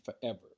forever